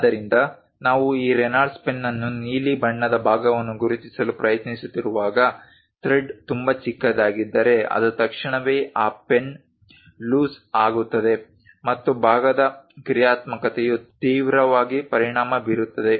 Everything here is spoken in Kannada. ಆದ್ದರಿಂದ ನಾವು ಈ ರೆನಾಲ್ಡ್ಸ್ ಪೆನ್ ಅನ್ನು ನೀಲಿ ಬಣ್ಣದ ಭಾಗವನ್ನು ತಿರುಗಿಸಲು ಪ್ರಯತ್ನಿಸುತ್ತಿರುವಾಗ ಥ್ರೆಡ್ ತುಂಬಾ ಚಿಕ್ಕದಾಗಿದ್ದರೆ ಅದು ತಕ್ಷಣವೇ ಆ ಪೆನ್ನು ಲೂಸ್ ಆಗುತ್ತದೆ ಮತ್ತು ಭಾಗದ ಕ್ರಿಯಾತ್ಮಕತೆಯು ತೀವ್ರವಾಗಿ ಪರಿಣಾಮ ಬೀರುತ್ತದೆ